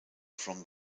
from